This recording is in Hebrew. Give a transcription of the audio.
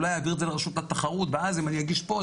אולי אעביר את זה לרשות התחרות ואז אם אני אגיש פה,